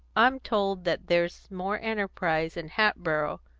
i'm told that there's more enterprise in hatboro',